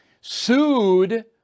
sued